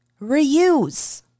reuse